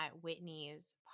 Whitney's